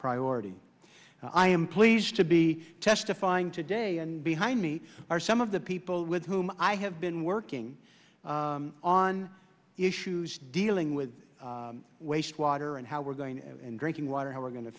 priority i am pleased to be testifying today and behind me are some of the people with whom i have been working on issues dealing with waste water and how we're going and drinking water how we're going to